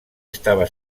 estava